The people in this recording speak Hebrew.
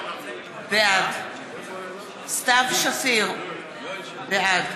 בעד סתיו שפיר, בעד